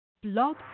blog